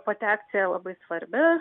pati akcija labai svarbi